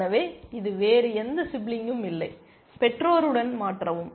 எனவே இது வேறு எந்த சிப்லிங்கும் இல்லை பெற்றோருடன் மாற்றவும்